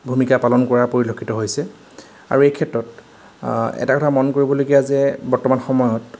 ভূমিকা পালন কৰা পৰিলক্ষিত হৈছে আৰু এই ক্ষেত্ৰত আ এটা কথা মন কৰিবলগীয়া যে বৰ্তমান সময়ত